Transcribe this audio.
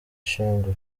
shyogwe